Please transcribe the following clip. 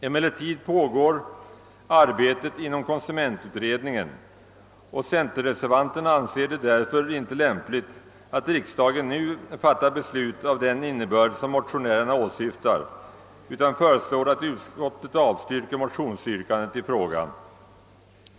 Emellertid pågår arbetet inom konsumentutredningen, och centerreservanterna anser det därför icke lämpligt att riksdagen nu fattar beslut av den innebörd, som motionärerna åsyftar, utan föreslår att utskottet avstyrker motionsyrkandet i fråga.